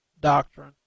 doctrine